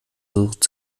versucht